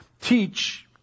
teach